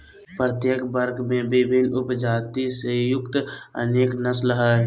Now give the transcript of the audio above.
प्रत्येक वर्ग में विभिन्न उपजाति से युक्त अनेक नस्ल हइ